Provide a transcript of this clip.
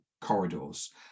corridors